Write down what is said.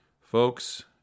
Folks